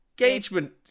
engagement